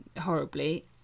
horribly